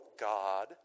God